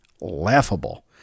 laughable